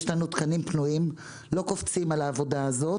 יש לנו תקנים פנויים אבל לא קופצים על העבודה הזאת.